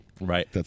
Right